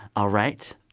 all right.